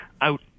out